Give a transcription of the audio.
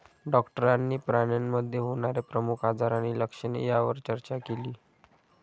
डॉक्टरांनी प्राण्यांमध्ये होणारे प्रमुख आजार आणि लक्षणे यावर चर्चा केली